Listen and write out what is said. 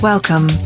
Welcome